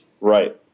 Right